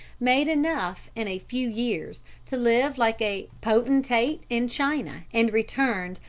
made enough in a few years to live like a potentate in china, and returned,